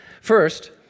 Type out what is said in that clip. First